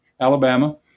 Alabama